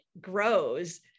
grows